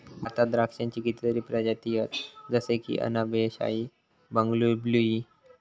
भारतात द्राक्षांची कितीतरी प्रजाती हत जशे की अनब ए शाही, बंगलूर ब्लू ई